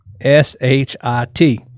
S-H-I-T